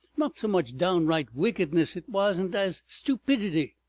not so much downright wickedness it wasn't as stupidity.